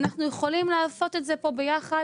אנחנו יכולים לעשות את זה פה ביחד,